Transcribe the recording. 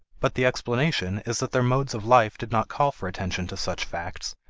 but the explanation is that their modes of life did not call for attention to such facts,